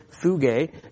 fuge